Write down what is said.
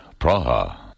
Praha